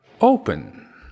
open